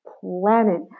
planet